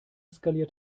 skaliert